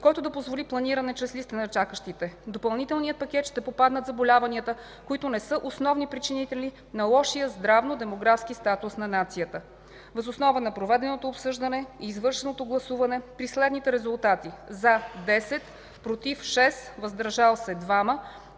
който да позволи планиране чрез листа на чакащите. В допълнителния пакет ще попаднат заболяванията, които не са основни причинители на лошия здравно-демографски статус на нацията. Въз основа на проведеното обсъждане и извършеното гласуване при следните резултати „за” – 10, „против” – 6, „въздържали се” – 2,